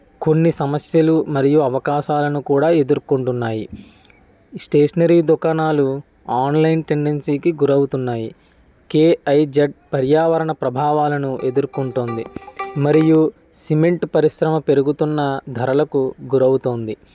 కొన్ని సమస్యలు మరియు అవకాశాలను కూడా ఎదుర్కొంటున్నాయి స్టేషనరీ దుకాణాలు ఆన్లైన్ టెండెన్సీ కి గురవుతున్నాయి కేఐజెడ్ పర్యావరణ ప్రభావాలను ఎదుర్కొంటుంది మరియు సిమెంట్ పరిశ్రమ పెరుగుతున్న ధరలకు గురవుతుంది